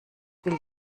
will